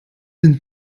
den